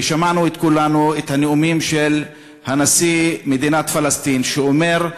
ושמענו כולנו את הנאומים של נשיא מדינת פלסטין שאומר: